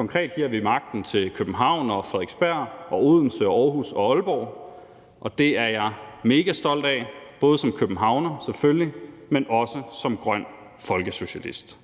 Vi giver konkret magten til København, Frederiksberg, Odense, Aarhus og Aalborg, og det er jeg selvfølgelig megastolt af både som københavner, men også som grøn folkesocialist.